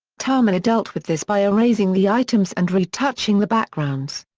tamiya dealt with this by erasing the items and retouching the backgrounds.